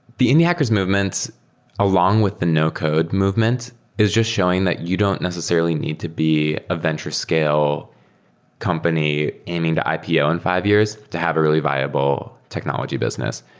the indie hackers movement along with the no code movement is just showing that you don't necessarily need to be a venture scale company aiming to ipo in fi ve years to have a really viable technology business,